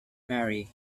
merry